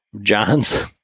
John's